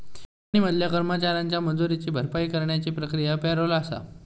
company मधल्या कर्मचाऱ्यांच्या मजुरीची भरपाई करण्याची प्रक्रिया पॅरोल आसा